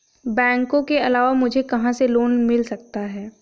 बैंकों के अलावा मुझे कहां से लोंन मिल सकता है?